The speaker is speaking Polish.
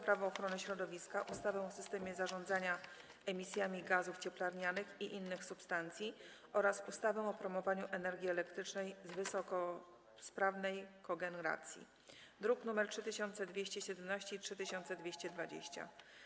Prawo ochrony środowiska, ustawę o systemie zarządzania emisjami gazów cieplarnianych i innych substancji oraz ustawę o promowaniu energii elektrycznej z wysokosprawnej kogeneracji (druki nr 3217 i 3220)